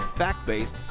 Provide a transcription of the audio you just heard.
fact-based